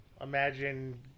imagine